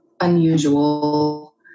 unusual